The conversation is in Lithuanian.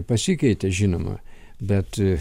pasikeitė žinoma bet